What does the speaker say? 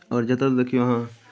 आओर जतय जतय देखियौ अहाँ